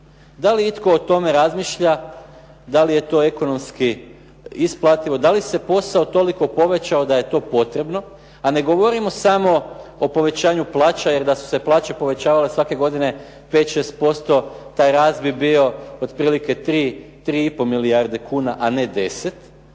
Da li itko o tome razmišlja da li je to ekonomski isplativo? Da li se posao toliko povećao da je to potrebno, a ne govorimo samo o povećanju plaća jer da su se plaće povećavale svake godine 5, 6%, taj rast bi bio otprilike 3, 3,5 milijarde kuna, a ne 10,